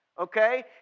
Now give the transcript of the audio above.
Okay